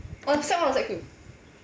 oh sec one or sec two